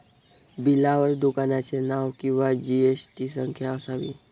बिलावर दुकानाचे नाव किंवा जी.एस.टी संख्या असावी